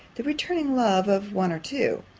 the returning love of one or two?